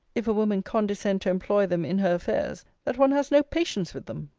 if a woman condescend to employ them in her affairs, that one has no patience with them.